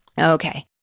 Okay